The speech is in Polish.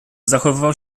zachowywał